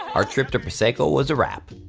our trip to prosecco was a wrap.